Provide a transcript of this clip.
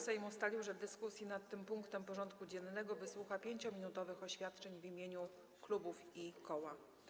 Sejm ustalił, że w dyskusji nad tym punktem porządku dziennego wysłucha 5-minutowych oświadczeń w imieniu klubów i koła.